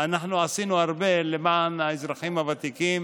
עשינו הרבה למען האזרחים הוותיקים,